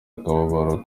akababaro